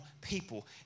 people